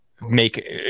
Make